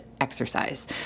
exercise